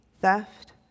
theft